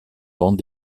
bandes